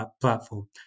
platform